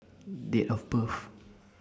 Date of birth